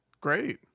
great